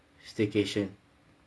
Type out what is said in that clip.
staycation